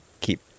keep